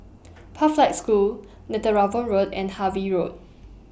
Pathlight School Netheravon Road and Harvey Road